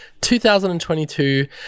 2022